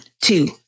two